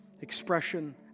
expression